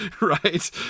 right